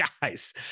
guys